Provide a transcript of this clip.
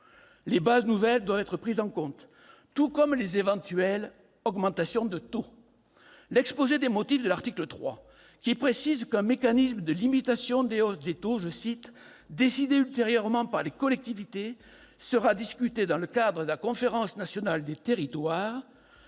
Les bases nouvelles doivent être prises en compte, tout comme les éventuelles augmentations de taux. L'exposé des motifs de l'article 3, selon lequel « un mécanisme de limitation des hausses de taux décidées ultérieurement par les collectivités sera discuté dans le cadre de la conférence nationale des territoires